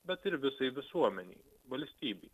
bet ir visai visuomenei valstybei